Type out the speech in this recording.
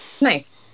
Nice